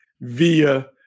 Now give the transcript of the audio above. via